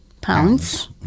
pounds